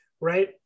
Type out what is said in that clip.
right